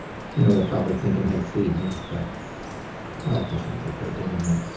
i know they're probably thinking hey feed me, but i like to think that they're digging me.